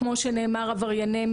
בהרבה מישורים.